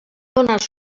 donar